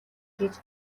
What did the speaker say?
гэж